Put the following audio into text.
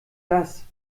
das